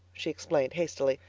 she explained hastily,